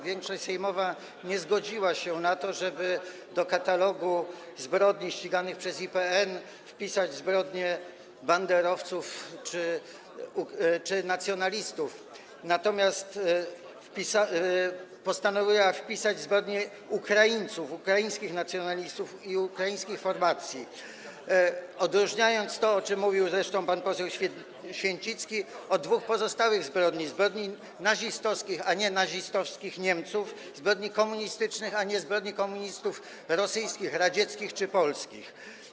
Większość sejmowa nie zgodziła się na to, żeby do katalogu zbrodni ściganych przez IPN wpisać zbrodnie banderowców czy nacjonalistów, natomiast postanowiła wpisać zbrodnie Ukraińców, ukraińskich nacjonalistów i ukraińskich formacji, odróżniając to, o czym mówił zresztą pan poseł Święcicki, od dwóch pozostałych zbrodni, tj. zbrodni nazistowskich, a nie nazistowskich Niemców, a także zbrodni komunistycznych, a nie zbrodni komunistów rosyjskich, radzieckich czy polskich.